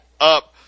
up